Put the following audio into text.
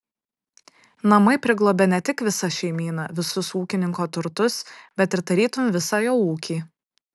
namai priglobia ne tik visą šeimyną visus ūkininko turtus bet ir tarytum visą jo ūkį